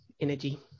energy